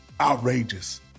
outrageous